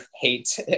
hate